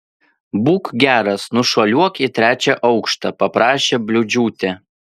būk geras nušuoliuok į trečią aukštą paprašė bliūdžiūtė